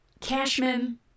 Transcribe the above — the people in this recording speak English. Cashman